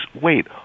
wait